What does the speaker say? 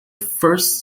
first